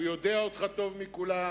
הוא יודע אותך טוב מכולם,